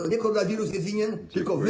To nie koronawirus jest winien, tylko wy.